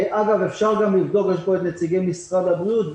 אגב, אפשר לבדוק, ויש פה נציגים ממשרד הבריאות.